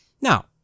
Now